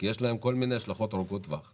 כי יש לפתרונות האלה כל מיני השלכות ארוכות טווח.